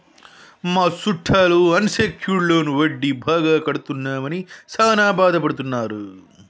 మా సుట్టాలు unsecured loan వడ్డీ బాగా కడుతున్నామని సాన బాదపడుతున్నారు